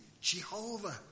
Jehovah